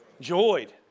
Joyed